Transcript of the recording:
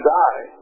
die